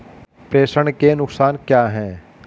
प्रेषण के नुकसान क्या हैं?